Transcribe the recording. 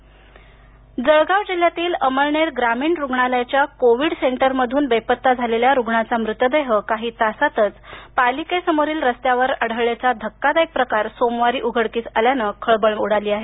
जळगाव जळगाव जिल्ह्यातील अमळनेर ग्रामीण रुग्णालयाच्या कोविड सेंटरमधून बेपत्ता झालेल्या रुग्णाचा मृतदेह काही तासांतच पालिकेसमोरील रस्त्यावर आढळल्याचा धक्कादायक प्रकार सोमवारी उघडकीस आल्यानं खळबळ उडाली आहे